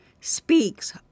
speaks